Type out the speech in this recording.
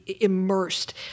immersed